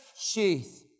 sheath